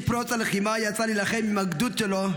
עם פרוץ הלחימה הוא יצא להילחם עם הגדוד שלו,